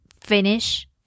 finish